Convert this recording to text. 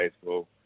baseball